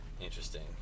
Interesting